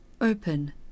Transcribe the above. Open